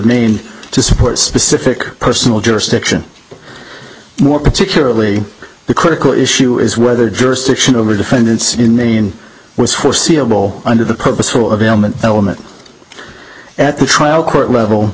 maine to support specific personal jurisdiction more particularly the critical issue is whether jurisdiction over defendants in was foreseeable under the purposeful of ailment element at the trial court level